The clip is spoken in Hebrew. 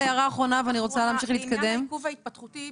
לעניין העיכוב ההתפתחותי,